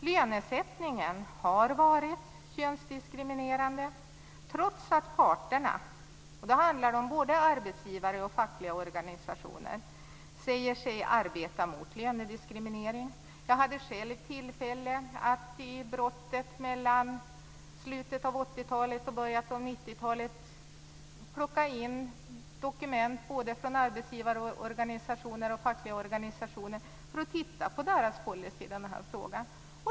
Lönesättningen har varit könsdiskriminerande trots att parterna - det handlar om både arbetsgivare och fackliga organisationer - säger sig arbeta mot lönediskriminering. Jag hade själv tillfälle att i slutet av 80-talet och början av 90-talet ta in dokument både från arbetsgivarorganisationer och från fackliga organisationer för att studera deras policy i den här frågan.